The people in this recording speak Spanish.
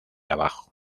abajo